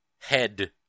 head